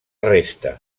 resta